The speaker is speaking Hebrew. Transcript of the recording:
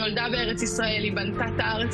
ואנחנו נודיע בהתראה של 15 דקות